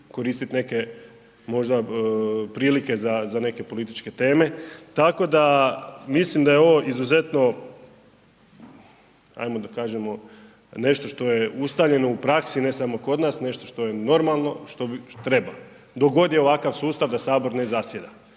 koristiti neke možda prilike za neke političke teme, tako da mislim da je ovo izuzetno ajmo da kažemo nešto što je ustaljeno u praksi, ne samo kod nas, nešto što je normalno, što treba dok god je ovakav sustav da Sabor ne zasjeda.